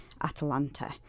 Atalanta